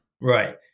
Right